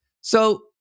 So-